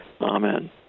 Amen